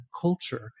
culture